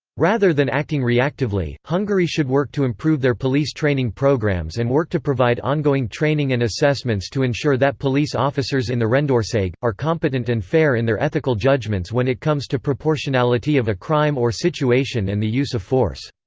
rather than acting reactively, hungary should work to improve their police training programs and work to provide ongoing training and assessments to ensure that police officers in the rendorseg, are competent and fair in their ethical judgements when it comes to proportionality of a crime or situation and the use of force.